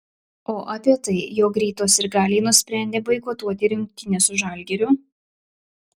o apie tai jog ryto sirgaliai nusprendė boikotuoti rungtynes su žalgiriu